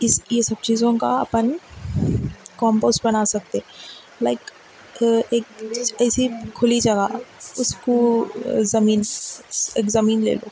اس یہ سب چیزوں کا اپن کمپوس بنا سکتے لائک ایک ایسی کھلی جگہ اس کو زمین ایک زمین لے لو